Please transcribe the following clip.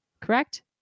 correct